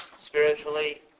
spiritually